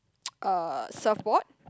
uh surfboard